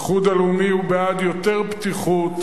האיחוד הלאומי הוא בעד יותר פתיחות